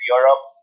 Europe